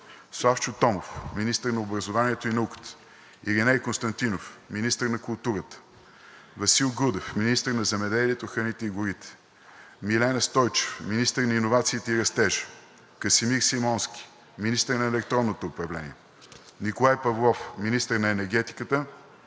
Славчо Томов – министър на образованието и науката; - Ириней Константинов – министър на културата; - Васил Грудев – министър на земеделието, храните и горите; - Милена Стойчева – министър на иновациите и растежа; - Красимир Симонски – министър на електронното управление; - Николай Павлов – министър на енергетиката;